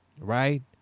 Right